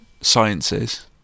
Sciences